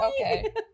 okay